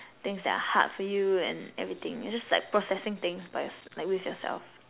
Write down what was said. things that are hard for you and everything you're just like processing things by yours~ like with yourself